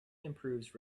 improves